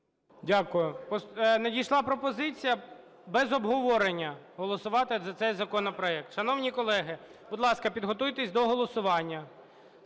Дякую. Надійшла пропозиція без обговорення голосувати за цей законопроект. Шановні колеги, будь ласка, підготуйтесь до голосування.